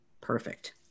Perfect